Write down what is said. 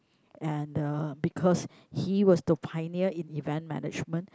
and the because he was the pioneer in event management